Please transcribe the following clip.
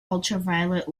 ultraviolet